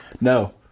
No